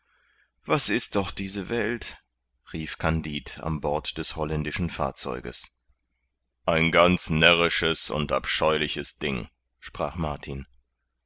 was ist doch diese welt rief kandid am bord des holländischen fahrzeuges ein ganz närrisches und abscheuliches ding sprach martin